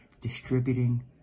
distributing